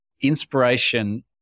inspiration